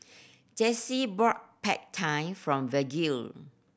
Jessee bought Pad Thai from Vergil